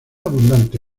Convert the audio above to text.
abundante